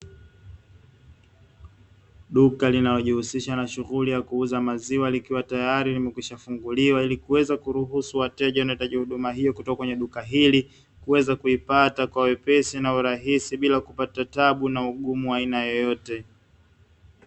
Duka linalojihusisha na shughuli ya kuuza maziwa, likiwa tayari limekwisha kufunguliwa, ilikuweza kuruhusu wateja wanahitaji huduma hiyo kutoka kwenye duka hili kuweza kuipata kwa wepesi na kwa urahisi bila kupata tabu na ugumu wa aina yoyote.